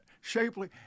shapely